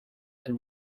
and